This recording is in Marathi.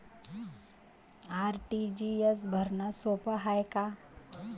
आर.टी.जी.एस भरनं सोप हाय का?